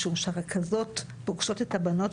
משום שהרכזות פוגשות את הבנות,